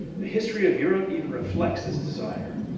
the history of europe even reflects this desire.